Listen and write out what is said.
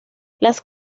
las